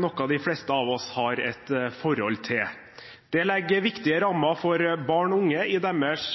noe de fleste av oss har et forhold til. Det legger viktige rammer for barn og unge i deres